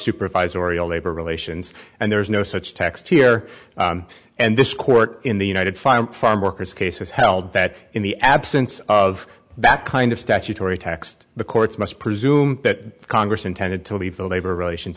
supervisor oriel labor relations and there is no such text here and this court in the united farm workers case has held that in the absence of that kind of statutory text the courts must presume that congress intended to leave the labor relations